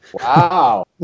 Wow